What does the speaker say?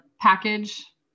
package